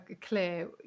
clear